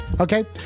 okay